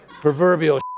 proverbial